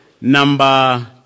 number